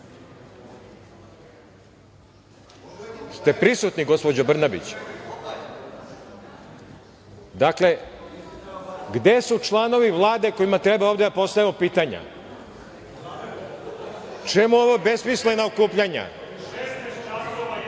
ste prisutni, gospođo Brnabić? Dakle, gde su članovi Vlade kojima treba ovde da postavljamo pitanja? Čemu ova besmislena okupljanja? Ne, ne. Vama ću